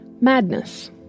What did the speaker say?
madness